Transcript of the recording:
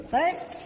First